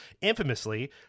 infamously